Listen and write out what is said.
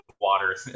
water